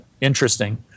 interesting